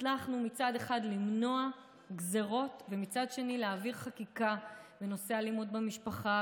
הצלחנו מצד אחד למנוע גזרות ומצד שני להעביר חקיקה בנושא אלימות במשפחה,